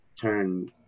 turn